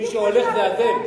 מי שהולך זה אתם.